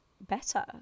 better